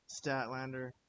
Statlander